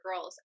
girls